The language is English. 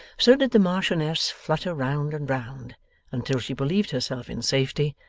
so did the marchioness flutter round and round until she believed herself in safety,